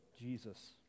jesus